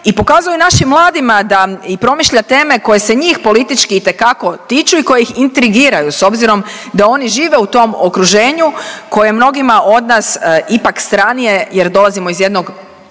i pokazuje našim mladima da i promišlja teme koje se njih politički itekako tiču i koje ih intrigiraju, s obzirom da oni žive u tom okruženju koje mnogima od nas ipak stranije jer dolazimo iz jednog